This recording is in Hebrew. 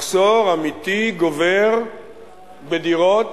מחסור אמיתי גובר בדירות